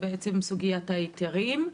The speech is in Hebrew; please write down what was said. וזו סוגיית ההיתרים.